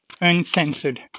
uncensored